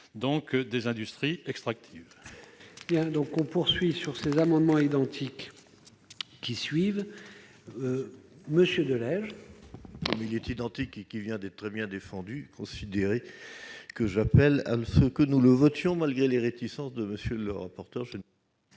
des industries extractives.